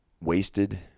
Wasted